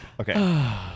Okay